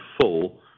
full